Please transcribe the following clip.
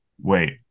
wait